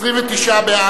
התשס"ט 2009,